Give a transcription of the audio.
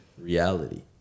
reality